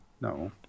no